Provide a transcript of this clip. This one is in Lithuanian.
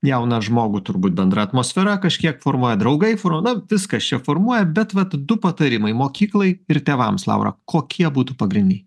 jauną žmogų turbūt bendra atmosfera kažkiek formuoja draugai na viskas čia formuoja bet vat du patarimai mokyklai ir tėvams laura kokie būtų pagrindiniai